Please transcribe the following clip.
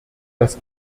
das